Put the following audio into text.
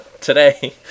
today